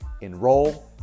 enroll